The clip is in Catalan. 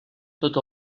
tot